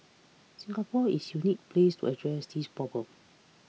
Singapore is uniquely placed to address these problems